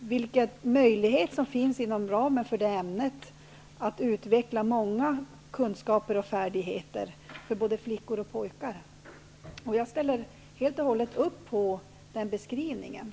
vilken möjlighet som finns inom ramen för det ämnet att utveckla många kunskaper och färdigheter för både flickor och pojkar. Jag ställer helt upp på den beskrivningen.